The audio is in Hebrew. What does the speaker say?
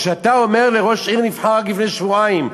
כשאתה אומר לראש עיר שנבחר רק לפני שבועיים: